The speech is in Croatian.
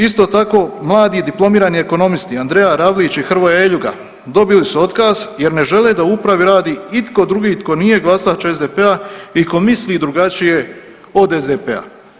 Isto tako, mladi diplomirani ekonomisti Andreja Radlić i Hrvoje Eljuga dobili su otkaz jer ne žele da u upravi radi itko drugi tko nije glasač SDP-a i tko misli drugačije od SDP-a.